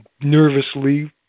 nervously